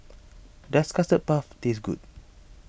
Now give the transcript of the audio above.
does Custard Puff taste good